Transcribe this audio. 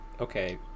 okay